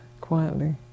quietly